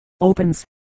Opens